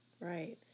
right